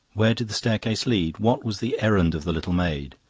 where did the staircase lead? what was the errand of the little maid?